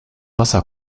wasser